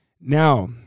Now